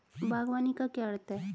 बागवानी का क्या अर्थ है?